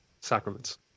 Sacraments